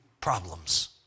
problems